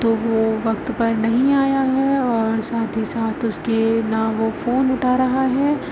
تو وہ وقت پر نہیں آیا ہے اور ساتھ ہی ساتھ اس کے نہ وہ فون اٹھا رہا ہے